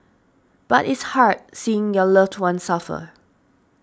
but it's hard seeing your loved one suffer